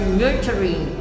nurturing